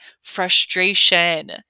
frustration